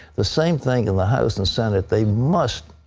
the same thing in the house and the senate. they must